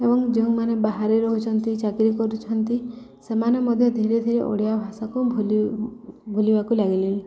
ଏବଂ ଯେଉଁମାନେ ବାହାରେ ରହୁଛନ୍ତି ଚାକିରି କରୁଛନ୍ତି ସେମାନେ ମଧ୍ୟ ଧୀରେ ଧୀରେ ଓଡ଼ିଆ ଭାଷାକୁ ଭୁଲି ଭୁଲିବାକୁ ଲାଗିଲେଣି